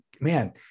man